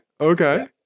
okay